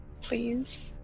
please